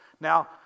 Now